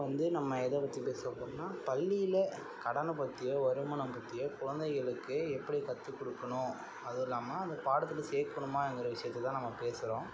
இப்போ வந்து நம்ம எதைப்பத்தி பேசப்போறோன்னா பள்ளியில் கடனை பற்றியோ வருமானம் பற்றியோ குழந்தைகளுக்கு எப்படி கற்றுக்குடுக்கணும் அதுவும் இல்லாமல் அந்த பாடத்துக்கு சேர்க்கணுமாங்கிற விஷயத்ததான் நாம் பேசுகிறோம்